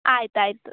ಆಯ್ತು ಆಯಿತು